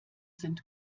sind